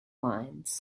lines